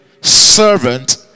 servant